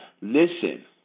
listen